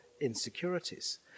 insecurities